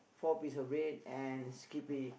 four piece of bread and Skippy